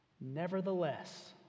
nevertheless